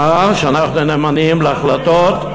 ואני רוצה רק לומר שאנחנו נאמנים להחלטות,